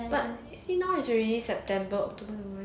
but see now is already september october